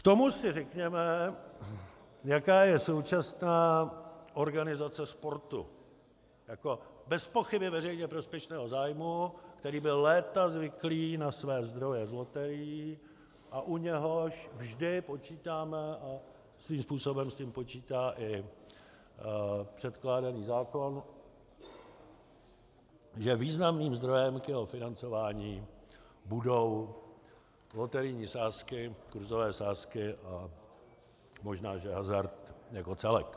K tomu si řekněme, jaká je současná organizace sportu, bezpochyby veřejně prospěšného zájmu, který byl léta zvyklý na své zdroje z loterií a u něhož vždy počítáme, a svým způsobem s tím počítá i předkládaný zákon, že významným zdrojem k jeho financování budou loterijní sázky, kurzové sázky a možná hazard jako celek.